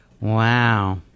Wow